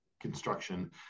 construction